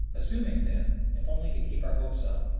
assuming then, if only to keep our hopes up,